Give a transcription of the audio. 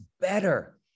better